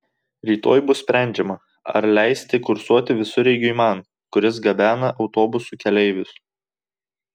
rytoj bus sprendžiama ar leisti kursuoti visureigiui man kuris gabena autobusų keleivius